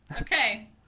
Okay